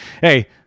Hey